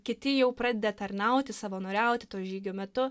kiti jau pradeda tarnauti savanoriauti to žygio metu